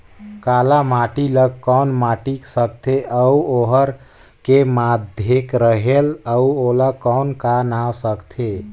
काला माटी ला कौन माटी सकथे अउ ओहार के माधेक रेहेल अउ ओला कौन का नाव सकथे?